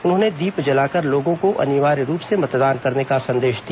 उन्होंने दीप जलाकर लोगों को अनिवार्य रूप से मंतदान करने का संदेश दिया